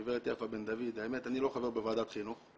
גברת יפה בן דוד, האמת, אני לא חבר בוועדת חינוך.